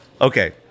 Okay